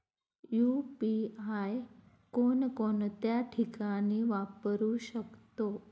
UPI कोणकोणत्या ठिकाणी वापरू शकतो?